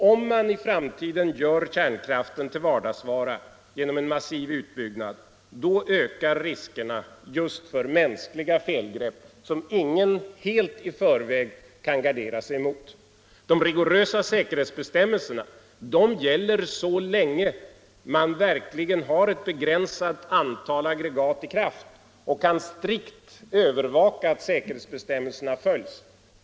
Om man i framtiden gör kärnkraften till vardagsvara genom en massiv utbyggnad, ökar riskerna just för mänskliga felgrepp som ingen i förväg helt kan gardera sig mot. De rigorösa säkerhetsbestämmelserna gäller så länge man verkligen har ett begränsat antal aggregat i kraft och strikt kan övervaka att säkerhetsbestämmelserna följs.